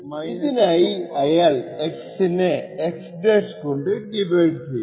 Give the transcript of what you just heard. ഇതിനായി അയാൾ x നെ x കൊണ്ട് ഡിവൈഡ് ചെയ്യും